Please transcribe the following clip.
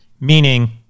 meaning